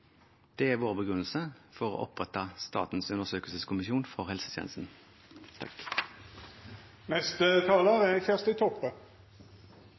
Det er vår begrunnelse for å opprette Statens undersøkelseskommisjon for